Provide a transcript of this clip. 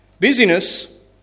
Busyness